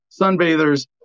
sunbathers